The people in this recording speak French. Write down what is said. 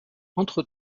entre